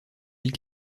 îles